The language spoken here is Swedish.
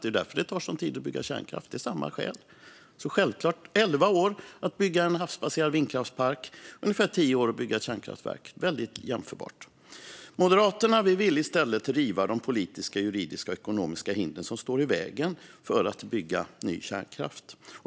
Det är av precis samma skäl som det tar så lång tid att bygga kärnkraft. Det tar elva år att bygga en havsbaserad vindkraftspark och ungefär tio år att bygga ett kärnkraftverk. Det är väldigt jämförbart. Moderaterna vill i stället riva de politiska, juridiska och ekonomiska hinder som står i vägen för att bygga ny kärnkraft.